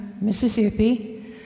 Mississippi